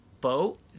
boat